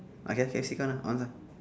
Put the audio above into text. I guess that's it K lah on lah